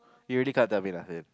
you really cannot tell me lah then